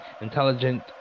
intelligent